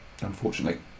unfortunately